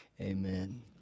amen